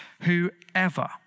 Whoever